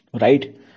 Right